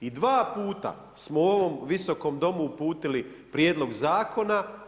I dva puta smo u ovom Visokom domu uputili prijedlog zakona.